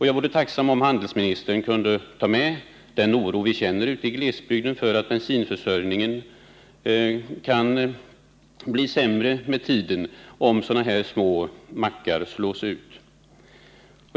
Jag vore tacksam om handelsministern vid sådana förhandlingar kunde beakta den oro vi känner ute i glesbygden för att bensinförsörjningen kan komma att bli sämre med tiden, om de mindre mackarna slås ut.